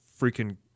freaking